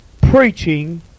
preaching